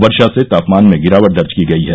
वर्षा से तापमान में गिरावट दर्ज की गयी है